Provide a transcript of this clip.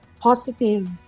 positive